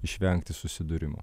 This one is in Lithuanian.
išvengti susidūrimų